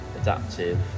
adaptive